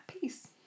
peace